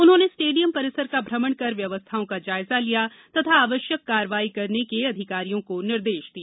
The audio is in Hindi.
उन्होंने स्टेडियम परिसर का भ्रमण कर व्यवस्थाओं का जायजा लिया तथा आवश्यक कार्यवाही करने के अधिकारियों को निर्देश दिए